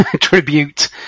tribute